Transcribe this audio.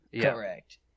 Correct